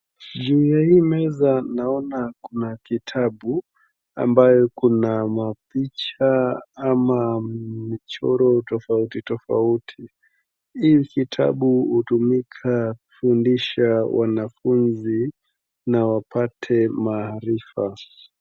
Juu ya hii meza naona kuna kitabu, ambayo kuna mapicha ama michoro tofauti tofauti, hii kitabu hutumika kufundisha wanafunzi, na wapate maarifa.